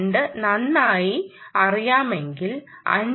2 നന്നായി അറിയാമെങ്കിൽ 5